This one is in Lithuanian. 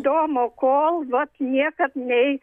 įdomu kol vat niekad nei